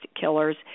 killers